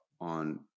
on